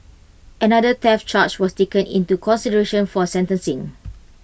another theft charge was taken into consideration for sentencing